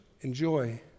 enjoy